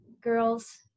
girls